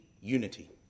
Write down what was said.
unity